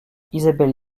isabelle